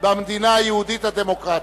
במדינה היהודית הדמוקרטית.